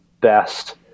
best